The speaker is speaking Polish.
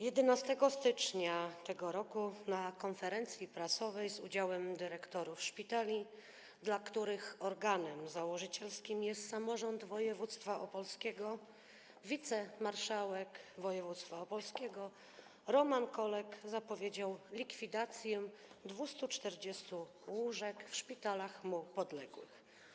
11 stycznia tego roku na konferencji prasowej z udziałem dyrektorów szpitali, dla których organem założycielskim jest samorząd województwa opolskiego, wicemarszałek województwa opolskiego Roman Kolek zapowiedział likwidację 240 łóżek w podległych mu placówkach.